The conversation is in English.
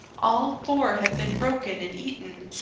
all four have been broken and eaten.